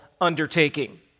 undertaking